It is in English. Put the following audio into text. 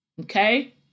okay